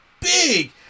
big